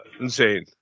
insane